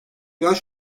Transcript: yerel